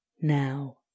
now